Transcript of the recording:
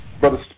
Brothers